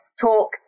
talk